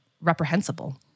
reprehensible